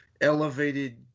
elevated